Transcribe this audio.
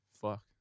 fuck